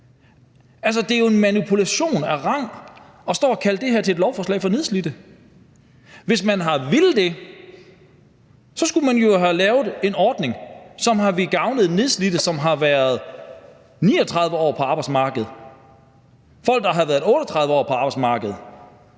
det er jo manipulation af rang at stå og kalde det her et lovforslag for nedslidte. Hvis man havde villet det, skulle man jo have lavet en ordning, som ville gavne nedslidte, som har været 39 år på arbejdsmarkedet, folk, der har været 38 år på arbejdsmarkedet,